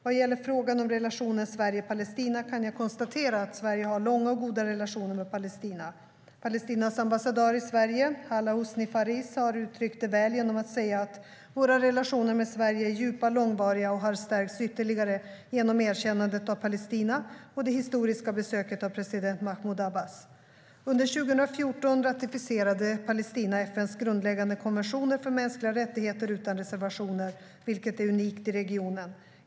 Vad gäller frågan om relationen Sverige-Palestina kan jag konstatera att Sverige har långa och goda relationer med Palestina. Palestinas ambassadör i Stockholm, Hala Husni Fariz, har uttryckt det väl genom att säga att "våra relationer med Sverige är djupa, långvariga och har stärkts ytterligare genom erkännandet av Palestina och det historiska besöket av president Mahmoud Abbas". Under 2014 ratificerade Palestina FN:s grundläggande konventioner för mänskliga rättigheter utan reservationer, vilket är unikt i regionen.